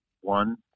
one